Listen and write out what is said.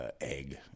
Egg